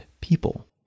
people